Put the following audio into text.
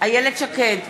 איילת שקד,